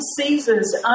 Caesar's